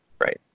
Right